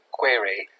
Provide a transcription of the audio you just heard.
query